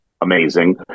amazing